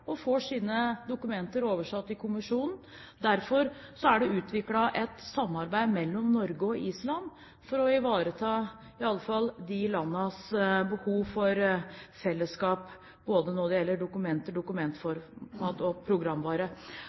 og får sine dokumenter oversatt i kommisjonen. Derfor er det utviklet et samarbeid mellom Norge og Island for å ivareta i alle fall disse landenes behov for fellesskap når det gjelder dokumenter, dokumentformat og programvare.